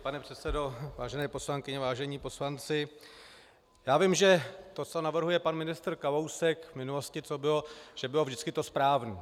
Pane předsedo, vážené poslankyně, vážení poslanci, já vím, že to, co navrhuje pan ministr Kalousek, v minulosti to tak bylo, že bylo vždycky to správné.